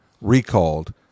recalled